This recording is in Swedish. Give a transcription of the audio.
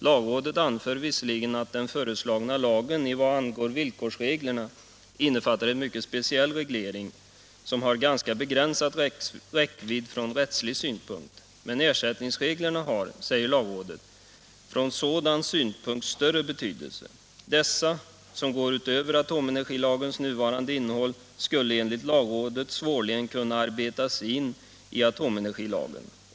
Lagrådet anför visserligen att den föreslagna lagen i vad angår villkorsreglerna innefattar en mycket speciell reglering, som har ganska begränsad räckvidd från rättslig synpunkt. Men ersättningsreglerna har, säger lagrådet, från sådan synpunkt större betydelse. Dessa —- som går utöver atomenergilagens nuvarande innehåll — skulle enligt lagrådet svårligen kunna arbetas in i atomenergilagen.